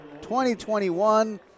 2021